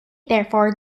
therefore